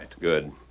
Good